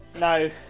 No